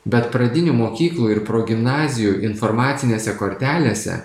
bet pradinių mokyklų ir progimnazijų informacinėse kortelėse